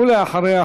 ואחריה,